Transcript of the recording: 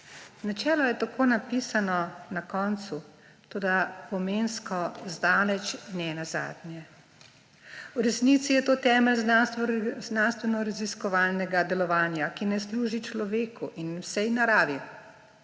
Načelo je tako napisano na koncu, toda pomensko zdaleč ne nazadnje. V resnici je to temelj znanstvenoraziskovalnega delovanja, ki naj služi človeku in vsej naravi,